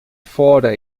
fora